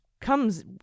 comes